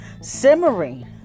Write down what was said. simmering